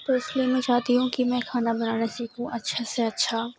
تو اس لیے میں چاہتی ہوں کہ میں کھانا بنانا سیکھوں اچھے سے اچھا